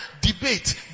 debate